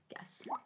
Yes